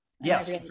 Yes